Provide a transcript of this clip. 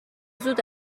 زود